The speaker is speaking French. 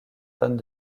tonnes